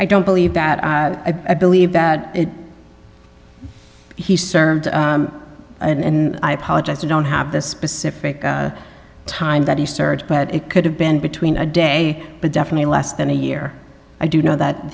i don't believe that i believe that he served and i apologize i don't have the specific time that the surge but it could have been between a day but definitely less than a year i do know that